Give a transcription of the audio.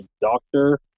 doctor